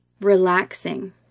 Relaxing